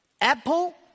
Apple